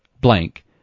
blank